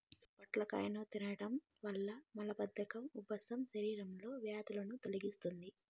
పొట్లకాయను తినడం వల్ల మలబద్ధకం, ఉబ్బసం, శరీరంలో వ్యర్థాలను తొలగిస్తాది